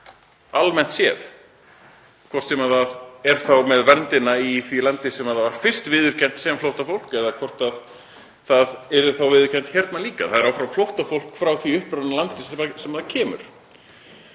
almennt séð, hvort sem það er þá með verndina í því landi sem það var fyrst viðurkennt sem flóttafólk eða hvort það yrði þá viðurkennt hérna líka. Það er áfram flóttafólk frá því upprunalandi sem það kemur